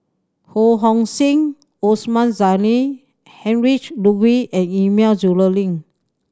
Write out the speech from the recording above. Ho Hong Sing Osman Zailani Heinrich Ludwig Emil Luering